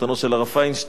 חתנו של הרב פיינשטיין,